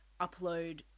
upload